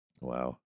Wow